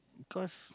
cause